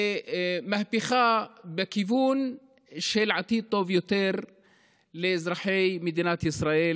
ממהפכה בכיוון של עתיד טוב יותר לאזרחי מדינת ישראל,